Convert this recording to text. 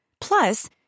Plus